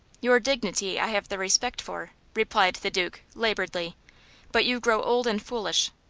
your dignity i have the respect for, replied the duke, laboredly but you grow old and foolish.